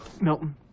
Milton